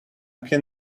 can